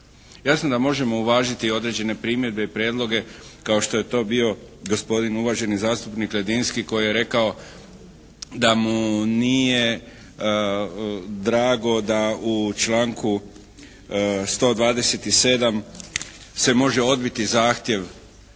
Jasno da možemo uvažiti određene primjedbe i prijedloge kao što je to bio gospodin, uvaženi zastupnik Ledinski koji je rekao, da mu nije drago da u članku 127. se može odbiti zahtjev